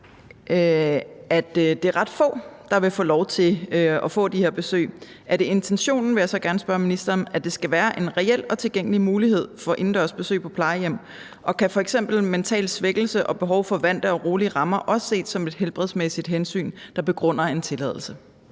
at det er ret få, der vil få lov til at få de her besøg, så er det intentionen – det vil jeg gerne spørge ministeren om – at der skal være en reel og tilgængelig mulighed for indendørs besøg på plejehjem, og kan f.eks. mental svækkelse og behov for vante og rolige rammer også ses som et helbredsmæssigt hensyn, der begrunder en tilladelse?